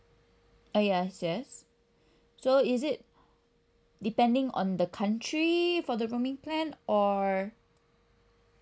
uh yes yes so is it depending on the country for the roaming plan or